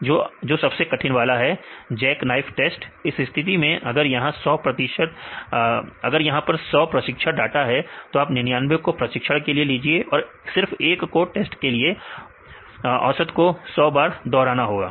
जो सबसे कठिन वाला है जैक नाइफ टेस्ट इस स्थिति में अगर यहां 100 प्रशिक्षण डाटा है तो आप 99 को प्रशिक्षण के लिए लीजिए और 1 को टेस्ट के लिए औरत को 100 बार दोहराना है